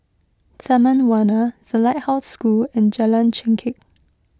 Taman Warna the Lighthouse School and Jalan Chengkek